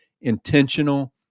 intentional